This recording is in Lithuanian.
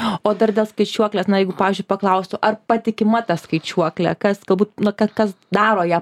o dar dėl skaičiuoklės na jeigu pavyzdžiui paklaustų ar patikima ta skaičiuoklė kas galbūt na kas daro ją